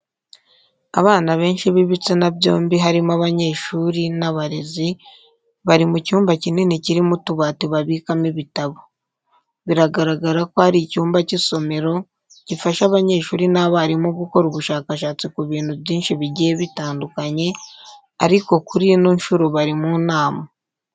Abantu benshi b'ibitsina byombi harimo abanyeshuri n'abarezi, bari mu cyumba kinini kirimo utubati babikamo ibitabo. Bigaragara ko ari icyumba cy'isomero gifasha abanyeshuri n'abarimu gukora ubushakashatsi ku bintu byinshi bigiye bitandukanye, ariko kuri ino nshuro bari mu nama.